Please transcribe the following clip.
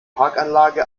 parkanlage